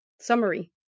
summary